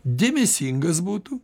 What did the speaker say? dėmesingas būtų